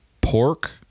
pork